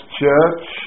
church